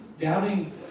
doubting